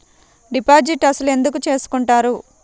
Deposit అసలు ఎందుకు చేసుకుంటారు?